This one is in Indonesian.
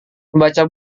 membaca